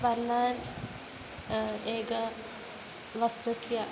वर्णान् एक वस्त्रस्य